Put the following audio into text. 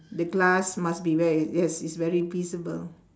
the glass must be ve~ yes is very visible